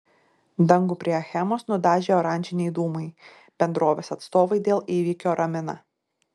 dangų prie achemos nudažė oranžiniai dūmai bendrovės atstovai dėl įvykio ramina